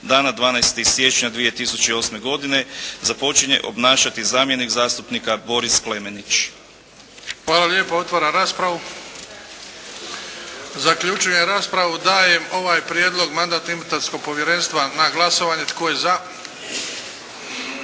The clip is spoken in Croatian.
dana 12. siječnja 2008. godine započinje obnašati zamjenik zastupnika Boris Klemenić. **Bebić, Luka (HDZ)** Hvala lijepa. Otvaram raspravu. Zaključujem raspravu. Dajem ovaj prijedlog Mandatno-imunitetnog povjerenstva na glasovanje. Tko je za?